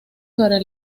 sobre